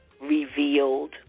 revealed